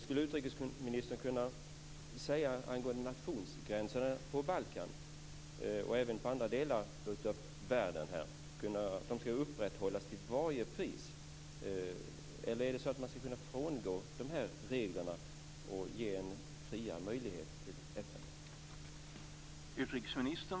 Skulle utrikesministern kunna säga angående nationsgränserna på Balkan, och även i andra delar av världen, att de skall upprätthållas till varje pris? Eller skall man kunna frångå de här reglerna och ge en friare möjlighet till FN?